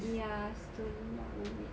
ya still not worth it